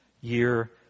year